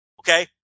Okay